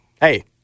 Hey